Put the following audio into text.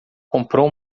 comprou